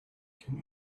can